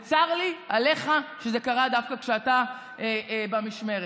וצר לי עליך שזה קרה דווקא כשאתה במשמרת.